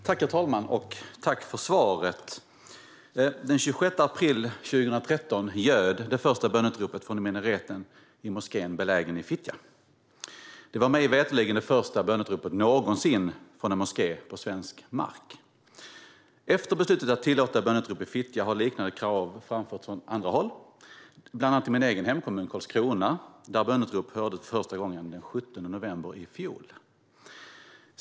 Herr talman! Tack, ministern, för svaret! Den 26 april 2013 ljöd det första böneutropet från minareten i moskén belägen i Fittja. Det var mig veterligen det första böneutropet någonsin från en moské på svensk mark. Efter beslutet att tillåta böneutrop i Fittja har liknande krav framförts från andra håll, bland annat i min egen hemkommun Karlskrona där böneutrop hördes för första gången den 17 november i fjol.